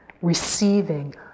receiving